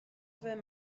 vais